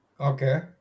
Okay